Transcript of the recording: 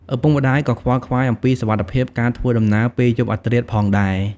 ឪពុកម្តាយក៏ខ្វល់ខ្វាយអំពីសុវត្ថិភាពការធ្វើដំណើរពេលយប់អាធ្រាតផងដែរ។